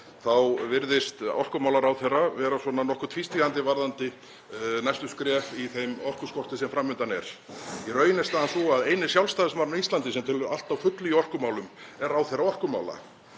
þá virðist orkumálaráðherra vera nokkuð tvístígandi varðandi næstu skref í þeim orkuskorti sem fram undan er. Í raun er staðan sú að eini Sjálfstæðismaðurinn á Íslandi sem telur allt á fullu í orkumálum er ráðherra orkumála.